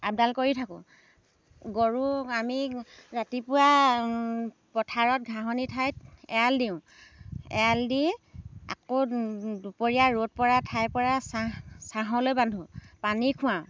আপডাল কৰি থাকোঁ গৰুক আমি ৰাতিপুৱা পথাৰত ঘাঁহনি ঠাইত এৰাল দিওঁ এৰাল দি আকৌ দুপৰীয়া ৰ'দ পৰা ঠাইৰ পৰা ছাঁ ছাঁলৈ বান্ধো পানী খুৱাওঁ